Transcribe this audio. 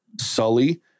Sully